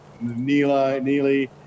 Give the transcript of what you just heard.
Neely